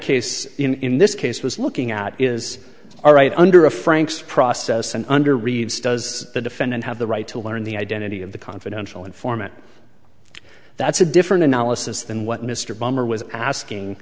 case in this case was looking at is our right under of frank's process and under reeves does the defendant have the right to learn the identity of the confidential informant that's a different analysis than what mr bomber was asking